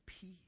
peace